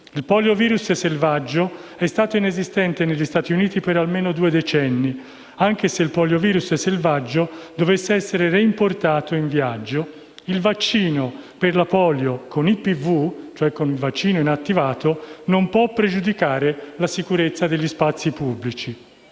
Il poliovirus selvaggio è stato assente negli Stati Uniti per almeno due decenni. Anche se il poliovirus selvaggio dovesse essere reimportato in viaggio, il vaccino per la polio con IPV (cioè con il vaccino inattivato) non può pregiudicare la sicurezza degli spazi pubblici.